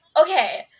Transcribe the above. okay